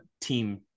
team